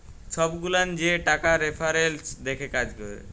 ছব গুলান যে টাকার রেফারেলস দ্যাখে কাজ ক্যরে